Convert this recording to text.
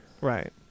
right